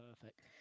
Perfect